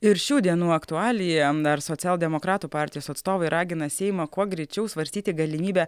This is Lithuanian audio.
ir šių dienų aktualija dar socialdemokratų partijos atstovai ragina seimą kuo greičiau svarstyti galimybę